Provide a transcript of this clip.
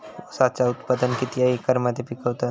ऊसाचा उत्पादन कितक्या एकर मध्ये पिकवतत?